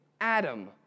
Adam